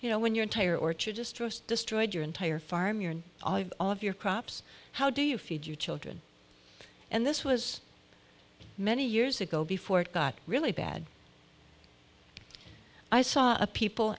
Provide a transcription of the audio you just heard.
you know when your entire orchardist just destroyed your entire farm you're in all of your crops how do you feed your children and this was many years ago before it got really bad i saw a people